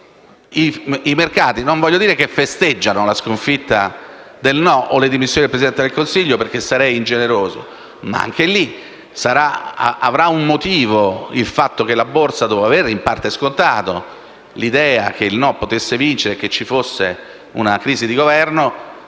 canto, non voglio dire che i mercati festeggiano la sconfitta del sì o le dimissioni del Presidente del Consiglio, perché sarei ingeneroso, ma ci sarà un motivo se la borsa, dopo aver in parte scontato l'idea che il no potesse vincere e che ci fosse una crisi di Governo,